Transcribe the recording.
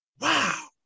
wow